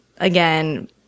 again